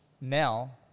now